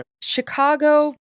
Chicago